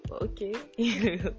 Okay